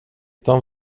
dem